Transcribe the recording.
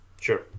Sure